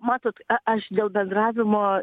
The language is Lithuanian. matot a aš dėl bendravimo